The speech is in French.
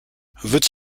veut